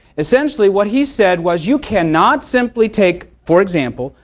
essentially what he said was you cannot simply take for example,